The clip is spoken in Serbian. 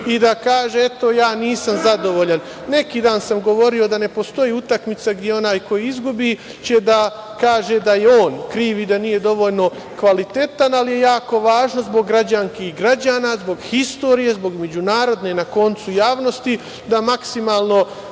i da kaže – eto, ja nisam zadovoljan. Neki dan sam govorio da ne postoji utakmica gde onaj koji izgubi će da kaže da je on kriv i da nije dovoljno kvalitetan, ali je jako važno zbog građanki i građana, zbog istorije, zbog međunarodne javnosti, da maksimalno